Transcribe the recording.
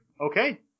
okay